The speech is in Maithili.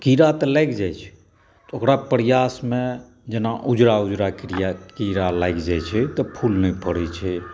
तऽ कीड़ा तऽ लागि जाइ छै ओकरा प्रयासमे जेना उज़रा उज़रा कीड़ा लागि जाइ छै तऽ फूल नहि फरै छै